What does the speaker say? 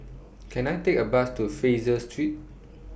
Can I Take A Bus to Fraser Street